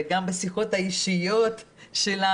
וגם על השיחות האישיות שלנו,